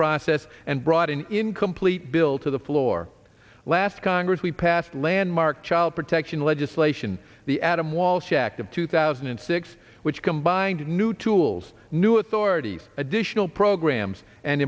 process and brought an incomplete bill to the floor last congress we passed landmark child protection legislation the adam walsh act of two thousand and six which combined new tools new authorities additional programs and